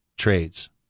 trades